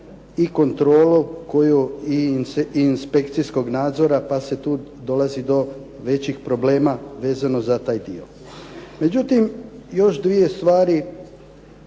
i kontrolu koju i inspekcijskog nadzora pa se tu dolazi do većih problema vezano za taj dio. Međutim, još dvije stvari